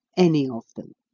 any of them.